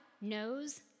knows